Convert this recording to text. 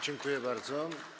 Dziękuję bardzo.